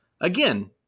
again